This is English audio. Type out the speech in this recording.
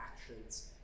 actions